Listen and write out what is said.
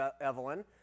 Evelyn